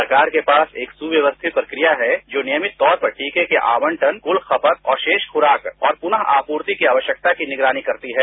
सरकार के पास एक सुव्यवस्थित प्रक्रिया है जो नियमित तौर पर टीके के आवंटन कुल खपत और रोष खुराक और पुनरू आपूर्ति की आवश्यकता की निगरानी करती है